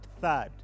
third